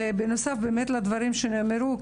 בנוסף לדברים שנאמרו,